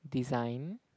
design